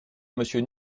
monsieur